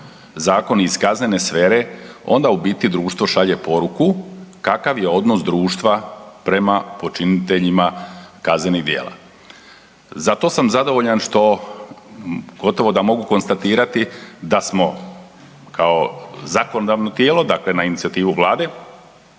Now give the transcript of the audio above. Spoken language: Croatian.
zakoni iz kaznene sfere, onda u biti društvo šalje poruku kakav je odnos društva prema počiniteljima kaznenih djela. Zato sam zadovoljan što gotovo da mogu konstatirati da smo kao zakonodavno tijelo, dakle na inicijativu Vlade